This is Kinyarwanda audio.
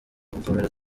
gukomera